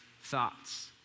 thoughts